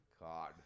God